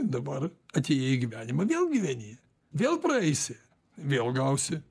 dabar atėjai į gyvenimą vėl gyveni vėl praeisi vėl gausi